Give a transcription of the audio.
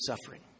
suffering